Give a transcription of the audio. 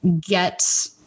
get